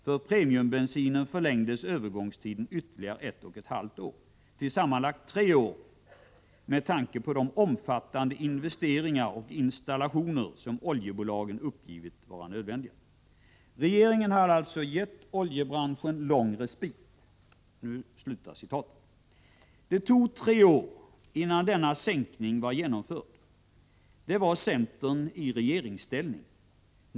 För premiumbensinen förlängdes övergångstiden ytterligare ett och ett halvt år till sammanlagt tre år, med tanke på de omfattande investeringar och installationer som oljebolagen uppgivit vara nödvändiga. Regeringen hade alltså givit oljebranschen lång respit. Det tog tre år innan denna sänkning var genomförd. Då var centern i regeringsställning.